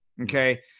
Okay